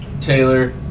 Taylor